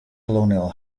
colonial